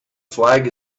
flag